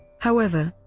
however,